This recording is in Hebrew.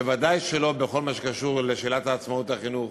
ודאי שלא בכל מה שקשור לשאלת עצמאות החינוך,